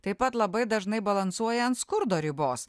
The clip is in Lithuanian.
taip pat labai dažnai balansuoja ant skurdo ribos